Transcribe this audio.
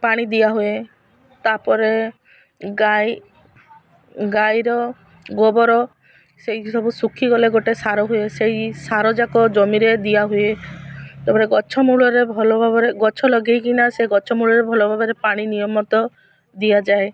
ପାଣି ଦିଆ ହୁଏ ତା'ପରେ ଗାଈ ଗାଈର ଗୋବର ସେଇ ସବୁ ଶୁଖିଗଲେ ଗୋଟେ ସାର ହୁଏ ସେଇ ସାର ଯାକ ଜମିରେ ଦିଆହୁୁଏ ତା'ପରେ ଗଛ ମୂଳରେ ଭଲ ଭାବରେ ଗଛ ଲଗେଇକିନା ସେ ଗଛ ମୂଳରେ ଭଲ ଭାବରେ ପାଣି ନିୟମିତ ଦିଆଯାଏ